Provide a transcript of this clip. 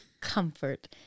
comfort